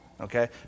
Okay